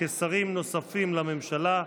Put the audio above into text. כשרים נוספים לממשלה,